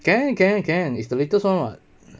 can can can it's the latest [one] [what]